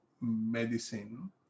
medicine